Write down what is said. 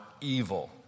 evil